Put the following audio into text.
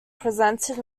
presented